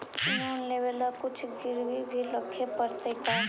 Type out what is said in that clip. Loan लेबे ल कुछ गिरबी भी रखे पड़तै का?